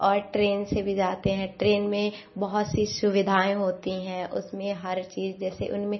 और ट्रेन से भी जाते हैं ट्रेन में बहुत सी सुविधाएँ होती हैं उसमें हर चीज़ जैसे उनमें